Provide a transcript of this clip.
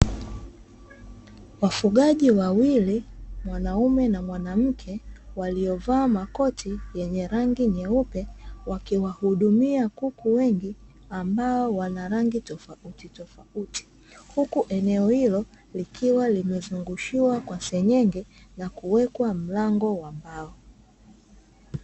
Wafugaji wawili mwanaume na mwanamke waliovaa makoti yenye rangi nyeupe, wakiwahudumia kuku wengi ambao wana rangi tofautitofauti huku eneo hilo likiwa limezungushiwa kwa senyenge na kuwekwa mlango wa mawe.